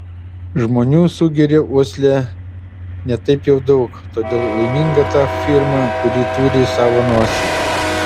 žmonių sugeria uosle ne taip jau daug todėl laiminga ta firma kuri turi savo nosį